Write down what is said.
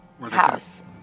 house